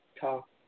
talk